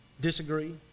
disagree